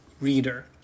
reader